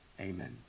Amen